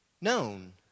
Known